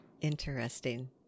interesting